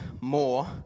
more